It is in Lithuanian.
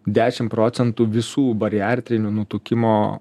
dešim procentų visų bariartrinių nutukimo